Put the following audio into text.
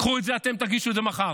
קחו את זה אתם, תגישו את זה מחר,